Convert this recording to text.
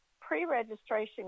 pre-registration